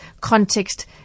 Context